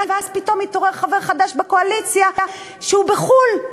ואז פתאום התעורר חבר חדש בקואליציה שהוא בחו"ל,